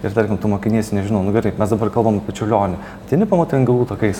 ir tarkim tu mokinys nežinau nu gerai mes dabar kalbam apie čiurlionį ateini pamatai angelų takais